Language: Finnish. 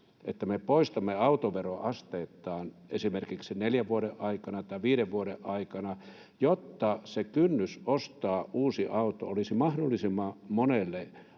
että me poistamme autoveron asteittain esimerkiksi neljän vuoden aikana tai viiden vuoden aikana, jotta se kynnys ostaa uusi auto olisi mahdollisimman monelle